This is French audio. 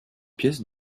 pièces